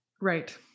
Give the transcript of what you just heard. Right